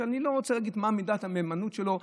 ואני לא רוצה להגיד מה מידת המהימנות שלו,